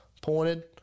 pointed